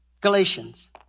Galatians